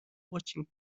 watching